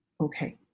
Okay